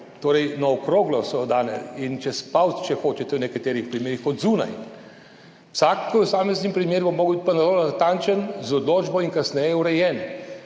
Torej, na okroglo so dane in čez palec, če hočete, v nekaterih primerih od zunaj. Vsak posamezen primer bo moral biti pa natančen z odločbo in kasneje urejen.